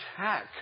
attack